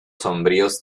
sombríos